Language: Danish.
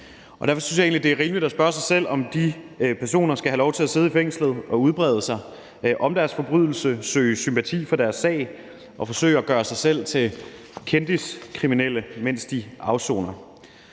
Derfor synes jeg egentlig, det er rimeligt, at spørge sig selv, om de personer skal have lov til at sidde i fængslet og udbrede sig om deres forbrydelse, søge sympati for deres sag og forsøge at gøre sig selv til kendiskriminelle, mens de afsoner,